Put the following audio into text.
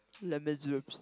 Les-Miserables